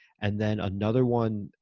and then another one,